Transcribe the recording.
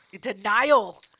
Denial